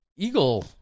Eagle